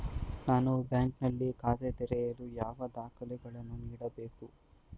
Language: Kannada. ನಾನು ಬ್ಯಾಂಕ್ ನಲ್ಲಿ ಖಾತೆ ತೆರೆಯಲು ಯಾವ ದಾಖಲೆಗಳನ್ನು ನೀಡಬೇಕು?